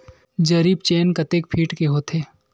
जरीब चेन कतेक फीट के होथे?